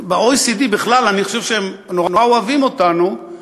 בכלל אני חושב שהם נורא אוהבים אותנו ב-OECD,